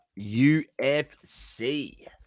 UFC